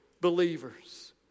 believers